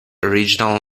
original